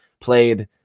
played